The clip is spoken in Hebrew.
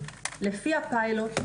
לפי הפיילוט,